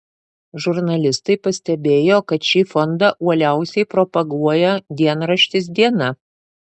žurnalistai pastebėjo kad šį fondą uoliausiai propaguoja dienraštis diena